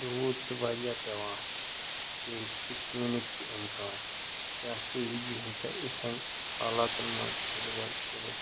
روٗد چھِ وارِیاہ پٮ۪وان بیٚیُک چھِ شیٖنٕکۍ تہِ اِمکان کیٛاہ سُوِگی ہیٚکیٛاہ اِتھٮ۪ن حالاتَن منٛز ڈیٚلِوَر کٔرِتھ